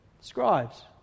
scribes